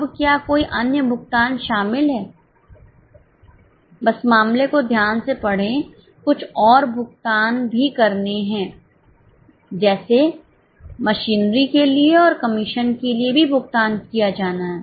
अब क्या कोई अन्य भुगतान शामिल है बस मामले को ध्यान से पढ़ें कुछ और भुगतान भी करने हैं जैसे मशीनरी के लिए और कमीशन के लिए भी भुगतान किया जाना है